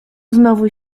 znowu